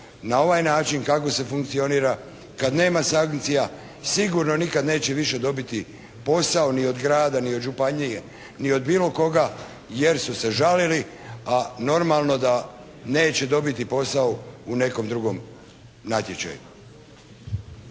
na ovaj način kako se funkcionira kada nema sankcija, sigurno nikad neće više dobiti posao ni od grada, ni od županije ni od bilo koga jer su se žalili, a normalno da neće dobiti posao u nekom drugom natječaju.